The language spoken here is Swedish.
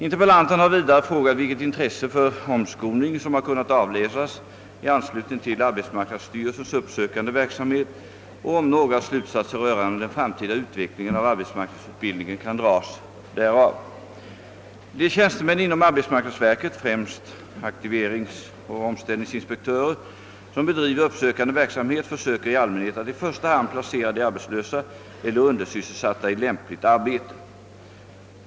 Interpellanten har vidare frågat vilket intresse för omskolning som har kunnat avläsas i anslutning till arbetsmarknadsstyrelsens uppsökande verksamhet och om någna slutsatser rörande den framtida utvecklingen av arbetsmarknadsutbildningen kan dras därav. De tjänstemän inom arbetsmarknadsverket — främst aktiveringsoch omställningsinspektörer — som bedriver uppsökande verksamhet försöker i allmänhet att i första hand placera de arbetslösa eller undersysselsatta i lämpligt arbete.